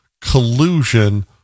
collusion